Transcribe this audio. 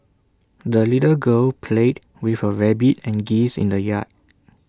the little girl played with her rabbit and geese in the yard